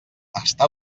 està